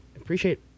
appreciate